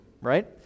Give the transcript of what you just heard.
right